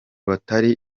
batari